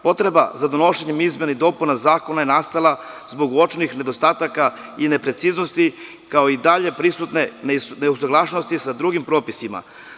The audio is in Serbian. Potreba za donošenjem izmena i dopuna zakona je nastala zbog uočenih nedostataka i nepreciznosti kao i dalje prisutne neusaglašenosti sa drugim propisima.